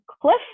cliff